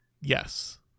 Yes